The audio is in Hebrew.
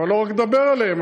אבל לא רק לדבר עליהן,